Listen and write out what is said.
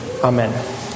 Amen